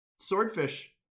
swordfish